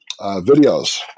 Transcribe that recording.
videos